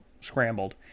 scrambled